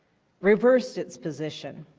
reversed its position.